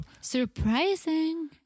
Surprising